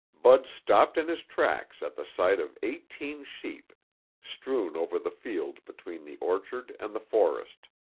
bud stopped in his tracks at the sight of eighteen sheep strewn over the field between the orchard and the forest.